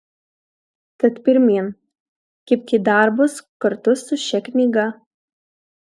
tad pirmyn kibk į darbus kartu su šia knyga